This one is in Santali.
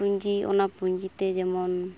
ᱯᱩᱸᱡᱤ ᱚᱱᱟ ᱯᱩᱸᱡᱤᱛᱮ ᱡᱮᱢᱚᱱ